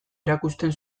erakusten